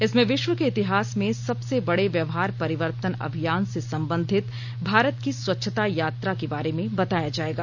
इसमें विश्व के इतिहास में सबसे बड़े व्यवहार परिवर्तन अभियान से संबंधित भारत की स्वच्छता यात्रा के बारे में बताया जाएगा